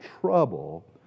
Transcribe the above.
trouble